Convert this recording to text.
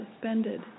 suspended